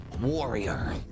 warrior